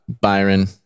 Byron